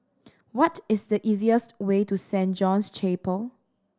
what is the easiest way to Saint John's Chapel